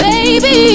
Baby